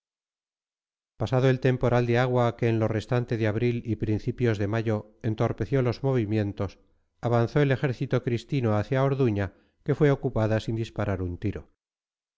pasado el temporal de agua que en lo restante de abril y principios de mayo entorpeció los movimientos avanzó el ejército cristino hacia orduña que fue ocupada sin disparar un tiro